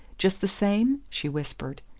just the same? she whispered.